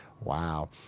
Wow